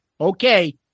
Okay